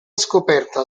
scoperta